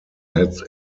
had